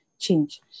Change